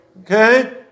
Okay